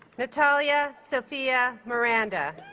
natalia sofia miranda